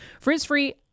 Frizz-free